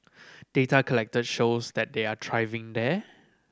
data collected shows that they are thriving there